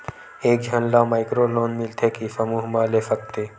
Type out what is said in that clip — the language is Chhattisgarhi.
एक झन ला माइक्रो लोन मिलथे कि समूह मा ले सकती?